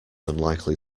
unlikely